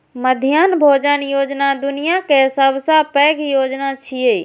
मध्याह्न भोजन योजना दुनिया के सबसं पैघ योजना छियै